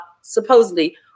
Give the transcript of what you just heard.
supposedly